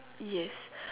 yes